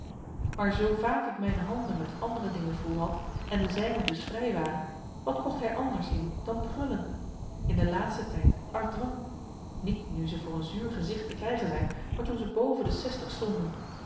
maar zoo vaak ik mijne handen met andere dingen volhad en de zijne dus vrij waren wat kocht hij anders in dan prullen in den laatsten tijd a r d o i n s niet nu ze voor een zuur gezigt te krijgen zijn maar toen ze boven de zestig